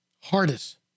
hardest